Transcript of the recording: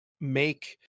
make